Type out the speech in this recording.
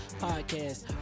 podcast